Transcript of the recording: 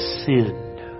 sinned